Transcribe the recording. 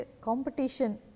competition